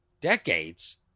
Decades